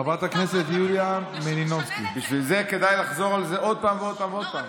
בשביל זה כדאי לחזור על זה עוד פעם ועוד פעם ועוד פעם.